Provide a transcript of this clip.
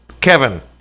Kevin